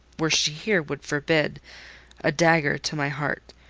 were she here, would forbid a dagger to my heart.